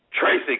Tracy